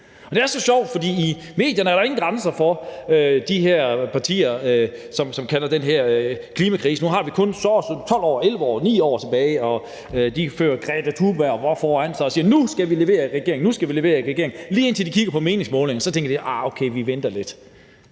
Det er så sjovt, for i medierne er der jo ingen grænser for det, når de her partier taler om den her klimakrise, som om vi nu kun har 12 år, 11 år, 9 år tilbage. De holder Greta Thunberg foran sig og siger, at nu skal vi levere i regeringen – lige indtil de kigger på meningsmålingerne, og så tænker de: Nej, okay, vi venter lidt.